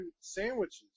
sandwiches